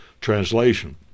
translation